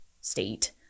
state